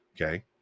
Okay